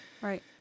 Right